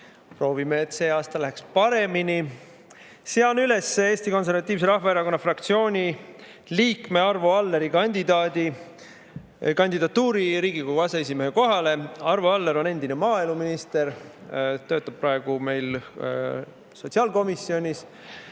Proovime, et see aasta läheks paremini. Sean üles Eesti Konservatiivse Rahvaerakonna fraktsiooni liikme Arvo Alleri kandidatuuri Riigikogu aseesimehe kohale. Arvo Aller on endine maaeluminister ja töötab praegu meil sotsiaalkomisjonis.